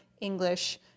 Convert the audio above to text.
English